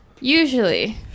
usually